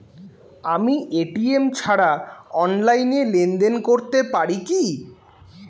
আমি এ.টি.এম ছাড়া অনলাইনে লেনদেন করতে পারি কি?